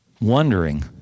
wondering